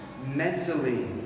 mentally